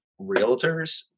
realtors